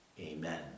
Amen